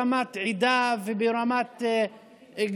ברמת עדה וגם ברמה מגדרית,